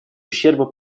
ущерба